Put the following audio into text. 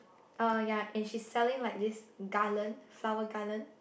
uh ya and she's selling like this garland flower garland